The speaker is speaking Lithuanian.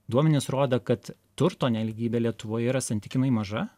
duomenys rodo kad turto nelygybė lietuvoje yra santykinai maža